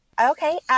Okay